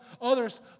others